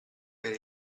per